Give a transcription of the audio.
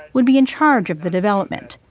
would be in charge of the development.